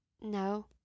No